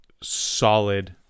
solid